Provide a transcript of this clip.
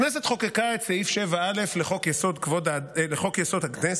הכנסת חוקקה את סעיף 7א לחוק-יסוד: הכנסת.